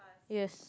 yes